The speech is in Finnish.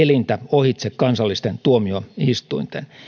ohitse kansallisten tuomioistuinten